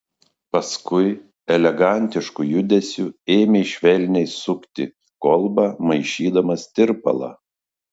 paskui elegantišku judesiu ėmė švelniai sukti kolbą maišydamas tirpalą